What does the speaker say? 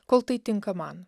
kol tai tinka man